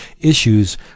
issues